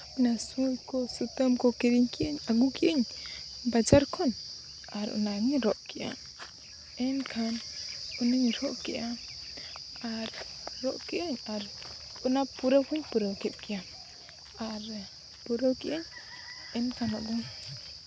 ᱚᱱᱟ ᱥᱩᱭ ᱠᱚ ᱥᱩᱛᱟᱹᱢ ᱠᱚ ᱠᱤᱨᱤᱧ ᱠᱮᱫᱼᱟᱹᱧ ᱟᱹᱜᱩ ᱠᱮᱫᱼᱟᱹᱧ ᱵᱟᱡᱟᱨ ᱠᱷᱚᱱ ᱟᱨ ᱚᱱᱟ ᱜᱤᱧ ᱨᱚᱜ ᱠᱮᱫᱼᱟ ᱮᱱᱠᱷᱟᱱ ᱚᱱᱟᱧ ᱨᱚᱜ ᱠᱮᱫᱼᱟ ᱟᱨ ᱨᱚᱜ ᱠᱮᱫᱼᱟᱹᱧ ᱟᱨ ᱚᱱᱟ ᱯᱩᱨᱟᱹᱣ ᱦᱚᱸᱧ ᱯᱩᱨᱟᱹᱣ ᱠᱮᱫ ᱜᱮᱭᱟ ᱟᱨ ᱯᱩᱨᱟᱹᱣ ᱠᱮᱫᱼᱟᱹᱧ ᱮᱱ ᱠᱷᱟᱱ ᱟᱫᱚ